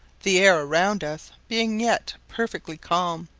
the air around us being yet perfectly calm.